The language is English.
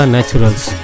Naturals